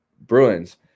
Bruins